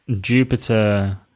Jupiter